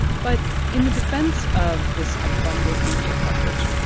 but in the defense of this abundant media coverage,